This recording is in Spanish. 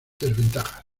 desventajas